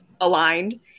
aligned